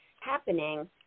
happening